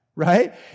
right